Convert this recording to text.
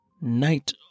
night